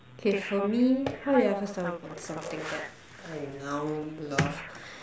okay for me how did I first stumble upon something that I now love